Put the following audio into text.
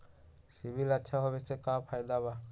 CIBIL अच्छा होऐ से का फायदा बा?